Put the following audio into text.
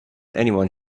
anyone